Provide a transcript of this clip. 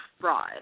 fraud